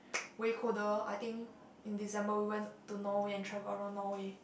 way colder I think in December we went to Norway and travel around Norway